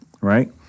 right